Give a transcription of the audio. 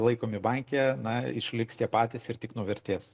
laikomi banke na išliks tie patys ir tik nuvertės